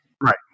Right